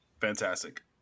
Fantastic